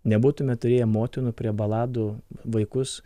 nebūtume turėję motinų prie baladų vaikus